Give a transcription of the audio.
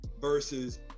Versus